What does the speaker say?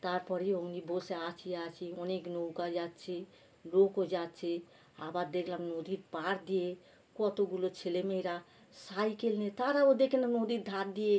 তারপরে ওমনি বসে আছি আছি অনেক নৌকা যাচ্ছে লোকও যাচ্ছে আবার দেখলাম নদীর পাড় দিয়ে কতগুলো ছেলে মেয়েরা সাইকেল নিয়ে তারাও দেখলাম নদীর ধার দিয়ে